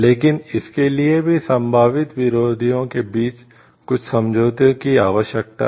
लेकिन इसके लिए भी संभावित विरोधियों के बीच कुछ समझौते की आवश्यकता है